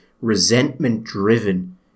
resentment-driven